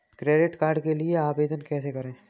Credit card के लिए आवेदन कैसे करें?